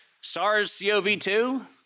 SARS-CoV-2